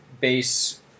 base